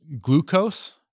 glucose